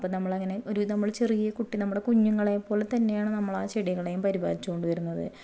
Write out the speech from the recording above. അപ്പോൾ നമ്മൾ അങ്ങനെ ഒരു നമ്മൾ ചെറിയ കുട്ടി നമ്മുടെ കുഞ്ഞുങ്ങളെ പോലെ തന്നെയാണ് നമ്മൾ ആ ചെടികളേയും പരിപാലിച്ചുകൊണ്ട് വരുന്നത്